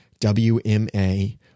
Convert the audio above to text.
WMA